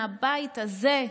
מהבית הזה,